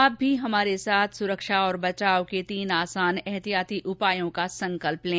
आप भी हमारे साथ सुरक्षा और बचाव के तीन आसान एहतियाती उपायों का संकल्प लें